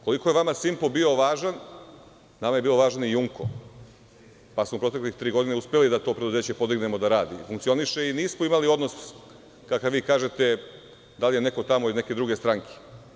Koliko je vama „Simpo“ bio važan, nama je bio važniji „Jumko“, pa smo protekle tri godine uspeli da to preduzeće podignemo da radi i funkcioniše i mi smo imali odnos, kako vi kažete, da li je neko tamo iz neke druge stranke.